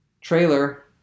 trailer